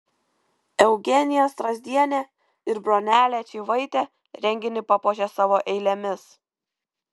eugenija strazdienė ir bronelė čyvaitė renginį papuošė savo eilėmis